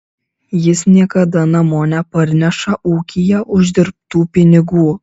jis niekada namo neparneša ūkyje uždirbtų pinigų